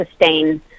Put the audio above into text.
sustain